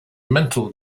mental